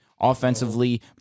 Offensively